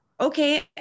okay